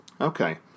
Okay